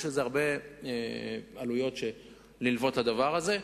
יש הרבה עלויות שנלוות לדבר הזה.